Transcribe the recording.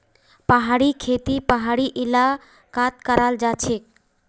पहाड़ी खेती पहाड़ी इलाकात कराल जाछेक